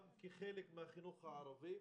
גם כחלק מן החינוך הערבי,